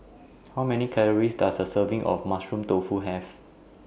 How Many Calories Does A Serving of Mushroom Tofu Have